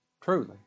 Truly